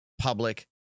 public